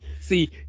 See